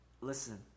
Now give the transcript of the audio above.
Listen